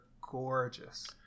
gorgeous